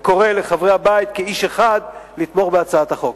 וקורא לחברי הבית לתמוך כאיש אחד בהצעת החוק.